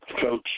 Coach